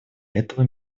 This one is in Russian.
этого